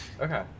okay